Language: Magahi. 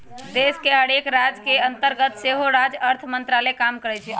देश के हरेक राज के अंतर्गत सेहो राज्य अर्थ मंत्रालय काम करइ छै